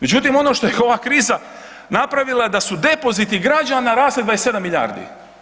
Međutim, ono što je ova kriza napravila, da su depoziti građana razli 27 milijardi.